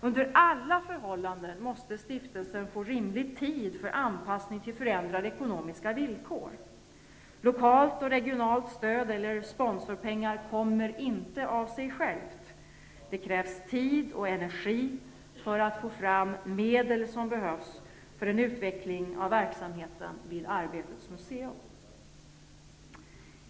Under alla förhållanden måste stiftelsen få rimlig tid för anpassning till förändrade ekonomiska villkor. Lokalt och regionalt stöd eller sponsorpengar kommer inte av sig självt. Det krävs tid och energi för att få fram de medel som behövs för en utveckling av verksamheten vid Arbetets museum.